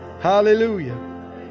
Hallelujah